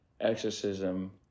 exorcism